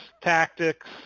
tactics